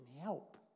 help